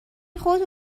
خودتو